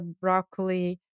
broccoli